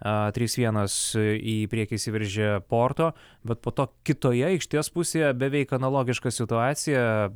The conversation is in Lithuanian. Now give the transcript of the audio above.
a trys vienas į priekį įsiveržė porto bet po to kitoje aikštės pusėje beveik analogiška situacija